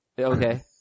Okay